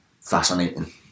fascinating